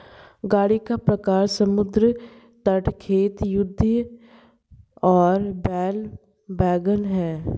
गाड़ी का प्रकार समुद्र तट, खेत, युद्ध और बैल वैगन है